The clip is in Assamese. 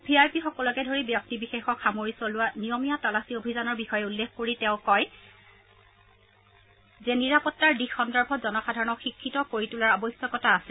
ভি আই পিসকলকে ধৰি ব্যক্তিবিশেষক সামৰি চলোৱা নিয়মীয়া তালাচী অভিযানৰ বিষয়ে উল্লেখ কৰি তেওঁ কয় যে নিৰাপত্তাৰ বিভিন্ন দিশ সন্দৰ্ভত জনসাধাৰণক শিক্ষিত কৰি তোলাৰ আৱশ্যকতা আছে